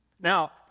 Now